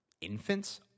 infants